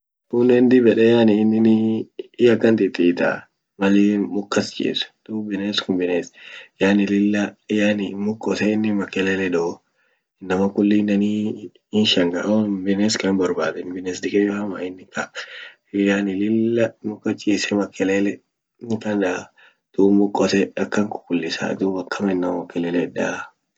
Kunen dib yede yani inini hiakan titiita malin muk kas chis, dub bines kun bines yani lilla yani muk kote inin makelele doo inaman kullineni hinshangaa hoa bines kan hinborbadani bines diqayo hama inin ka yani lilla muk kas chise makelele akan daa dub muk kote akan kukulisaa dub akama inama makelele itdaa.